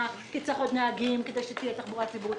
כי צריך עוד נהגים כדי שתהיה תחבורה ציבורית.